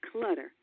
Clutter